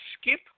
skip